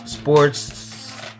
sports